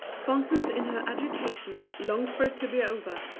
constance in her agitation longed for it to be over.